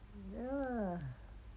ya